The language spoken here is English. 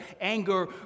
anger